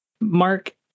Mark